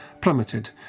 plummeted